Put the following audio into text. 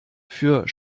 für